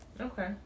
Okay